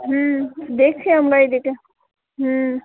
হুম দেখছি আমরা এদিকে হুম